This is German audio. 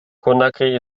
conakry